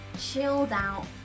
chilled-out